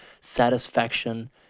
satisfaction